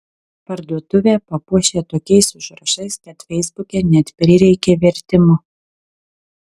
parduotuvę papuošė tokiais užrašais kad feisbuke net prireikė vertimo